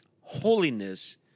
Holiness